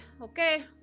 okay